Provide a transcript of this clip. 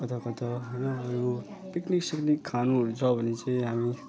कता कता होइन हामीहरू पिकनिकसिकनिक खानुहरू छ भने चाहिँ हामी